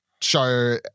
show